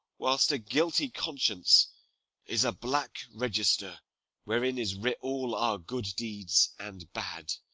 whilst a guilty conscience is a black register wherein is writ all our good deeds and bad,